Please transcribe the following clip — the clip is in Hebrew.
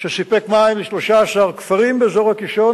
שסיפק מים ל-13 כפרים באזור הקישון,